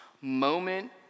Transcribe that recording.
moment